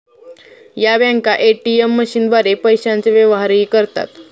या बँका ए.टी.एम मशीनद्वारे पैशांचे व्यवहारही करतात